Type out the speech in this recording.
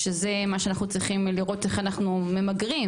שזה מה שאנחנו צריכים לראות איך אנחנו ממגרים.